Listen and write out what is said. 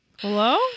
hello